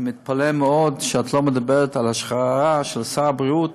אני מתפלא מאוד שאת לא מדברת על השחרה של שר הבריאות,